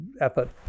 effort